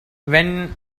when